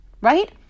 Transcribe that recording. right